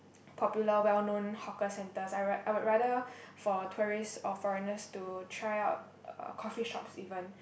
popular well known hawker centres I rat~ I would rather for tourists or foreigners to try out uh coffee shops even